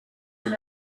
les